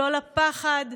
לא לפחד,